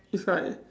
it's like